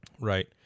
right